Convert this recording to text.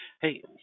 hey